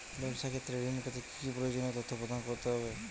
ব্যাবসা ক্ষেত্রে ঋণ পেতে কি কি প্রয়োজনীয় তথ্য প্রদান করতে হবে?